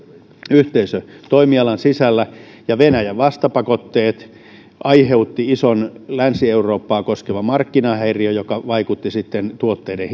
yhteisö toimialan sisällä ja venäjän vastapakotteet aiheuttivat ison länsi eurooppaa koskevan markkinahäi riön joka vaikutti sitten tuotteiden